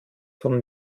von